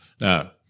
Now